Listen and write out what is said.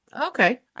Okay